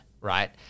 right